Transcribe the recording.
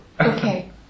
Okay